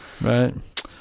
Right